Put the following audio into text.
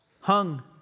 hung